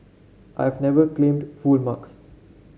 I have never claimed full marks